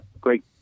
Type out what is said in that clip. great